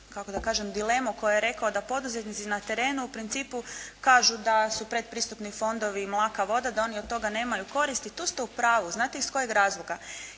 kako da kažem dilemu koji je rekao da poduzetnici na terenu u principu kažu da su pretpristupni fondovi mlaka voda, da oni od toga nemaju koristi. Tu ste u pravu. Znate iz kojeg razloga?